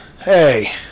hey